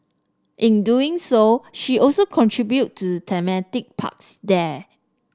in doing so she also contributed to the thematic parks there